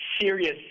serious